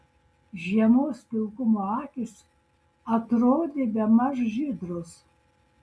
žiemos pilkumo akys atrodė bemaž žydros